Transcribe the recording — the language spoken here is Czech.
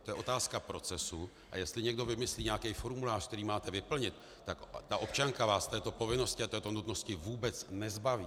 To je otázka procesu, a jestli někdo vymyslí nějaký formulář, který máte vyplnit, tak ta občanka vás této povinnosti a této nutnosti vůbec nezbaví.